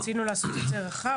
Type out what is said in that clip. רצינו לעשות את זה רחב,